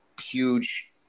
huge